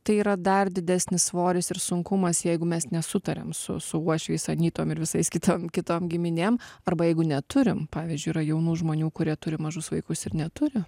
tai yra dar didesnis svoris ir sunkumas jeigu mes nesutariam su su uošviais anytom ir visais kita kitom giminėm arba jeigu neturim pavyzdžiui yra jaunų žmonių kurie turi mažus vaikus ir neturi